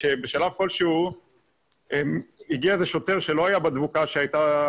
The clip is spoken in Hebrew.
בשלב כלשהו הגיע שוטר שלא היה בדבוקה שהייתה